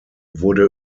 wurde